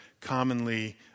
commonly